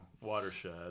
watershed